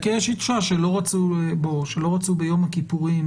כי לא רצו ביום הכיפורים,